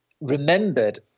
remembered